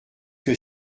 que